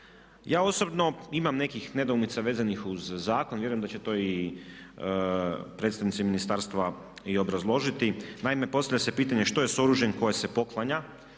Ja osobno imam nekih nedoumica vezanih uz zakon, vjerujem da će to predstavnici ministarstva i obrazložiti. Naime, postavlja se pitanje što je sa oružjem koje se poklanja,